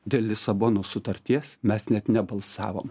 dėl lisabonos sutarties mes net nebalsavom